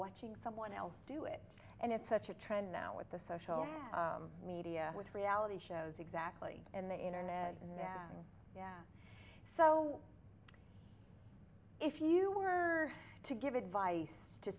watching someone else do it and it's such a trend now with the social media with reality shows exactly in the internet and yeah so if you were to give advice to